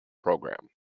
program